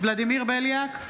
ולדימיר בליאק,